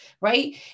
right